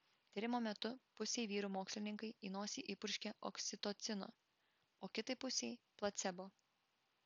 tyrimo metu pusei vyrų mokslininkai į nosį įpurškė oksitocino o kitai pusei placebo